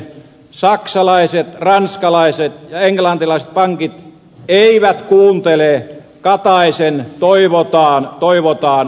saksalaiset ranskalaiset ja englantilaiset pankit eivät kuuntele kataisen toivotaan toivotaan konserttia